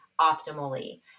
optimally